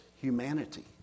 humanity